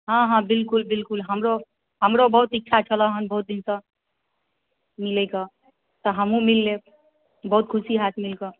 हाँ हाँ बिलकुल बिलकुल हमरो हमरो बहुत इच्छा छलहन बहुत दिनसँ मिलै कऽ तऽ हमहुँ मिल लेब बहुत खुशी होयत मिलकऽ